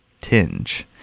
tinge